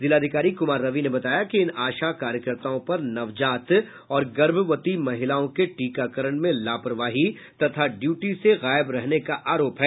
जिलाधिकारी कुमार रवि ने बताया कि इन आशा कार्यकर्ताओं पर नवजात और गर्भवती महिलाओं के टीकाकरण में लापरवाही तथा ड्यूटी से गायब रहने का आरोप है